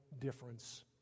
difference